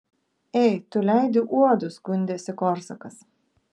ei tu leidi uodus skundėsi korsakas